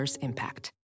impact